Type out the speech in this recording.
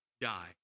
die